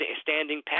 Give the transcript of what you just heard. standing